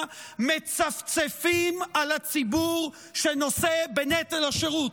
מצפצפות על הציבור שנושא בנטל השירות.